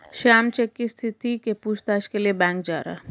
Shyam cheque की स्थिति के पूछताछ के लिए बैंक जा रहा है